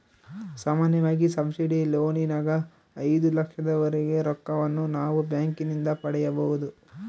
ಸಾಮಾನ್ಯವಾಗಿ ಸಬ್ಸಿಡಿ ಲೋನಿನಗ ಐದು ಲಕ್ಷದವರೆಗೆ ರೊಕ್ಕವನ್ನು ನಾವು ಬ್ಯಾಂಕಿನಿಂದ ಪಡೆಯಬೊದು